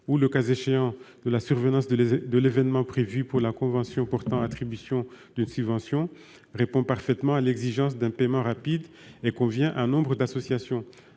ou, le cas échéant, de la survenance de l'événement prévu par la convention portant attribution d'une subvention, répond parfaitement à l'exigence d'un paiement rapide, et il convient à nombre d'associations.